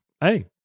hey